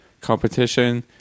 competition